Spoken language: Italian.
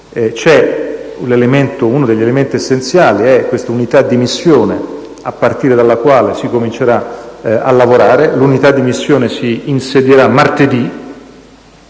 uno degli elementi essenziali è l'Unità di missione, a partire dalla quale si comincerà a lavorare. L'Unità di missione si insedierà martedì